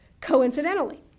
coincidentally